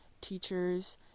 teachers